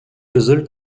result